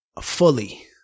fully